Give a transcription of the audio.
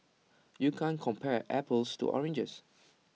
you can't compare apples to oranges